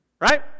right